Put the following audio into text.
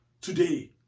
today